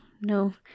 no